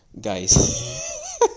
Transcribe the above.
guys